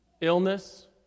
Illness